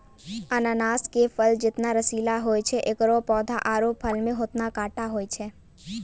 अनानस के फल जतना रसीला होय छै एकरो पौधा आरो फल मॅ होतने कांटो होय छै